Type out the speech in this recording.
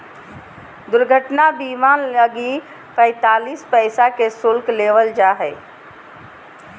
दुर्घटना बीमा लगी पैंतीस पैसा के शुल्क लेबल जा हइ